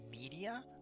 media